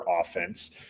offense